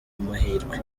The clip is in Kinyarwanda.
amahirwe